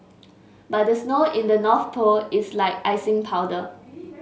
but the snow in the North Pole is like icing powder